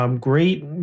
Great